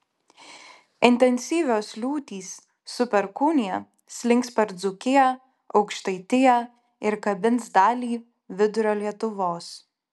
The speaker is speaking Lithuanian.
intensyvios liūtys su perkūnija slinks per dzūkiją aukštaitiją ir kabins dalį vidurio lietuvos